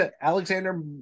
Alexander